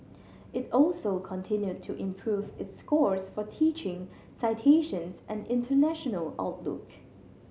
it also continued to improve its scores for teaching citations and international outlook